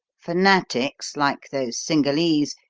fanatics, like those cingalese,